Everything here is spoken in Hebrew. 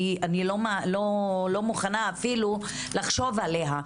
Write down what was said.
אני לא מוכנה אפילו לחשוב עליה,